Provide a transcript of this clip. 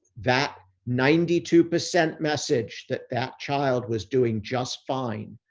that ninety two percent message that that child was doing just fine,